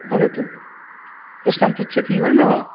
वदतु प्रश्नान् पृच्छति वा न वा